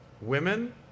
Women